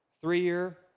three-year